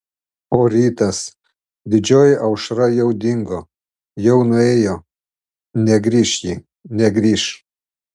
o rytas didžioji aušra jau dingo jau nuėjo negrįš ji negrįš